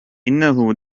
إنه